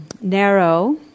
narrow